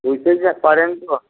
দেখবেন যা পারেন